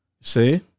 See